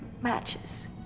matches